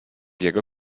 jego